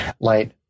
light